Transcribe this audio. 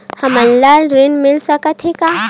हमन ला ऋण मिल सकत हे का?